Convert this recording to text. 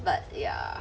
but ya